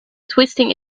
twisting